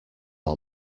all